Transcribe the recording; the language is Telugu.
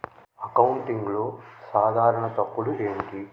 అకౌంటింగ్లో సాధారణ తప్పులు ఏమిటి?